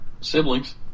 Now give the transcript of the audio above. siblings